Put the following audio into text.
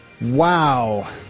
Wow